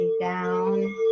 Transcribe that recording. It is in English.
down